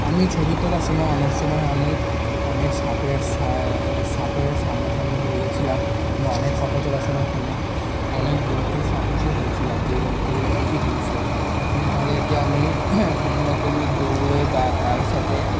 আমি ছবি তোলার সময় অনেক সময় অনেক অনেক সাপের সাপের সামনা সামনি হয়ে গেছিলাম বা অনেক ফটো তোলার সময় ফোনে অনেক জন্তুর সম্মুখীন হয়েছিলাম যে জন্তুগুলো খুবই হিংস্র তাদেরকে আমি কোনো রকমে দৌড়ে বা তাদের সাথে